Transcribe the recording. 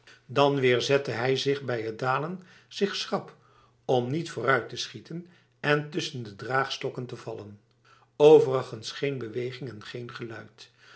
dan weer zette hij bij t dalen zich schrap om niet vooruit te schieten en tussen de draagstokken te vallen overigens geen beweging en geen geluid